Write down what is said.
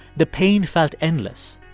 the pain felt endless.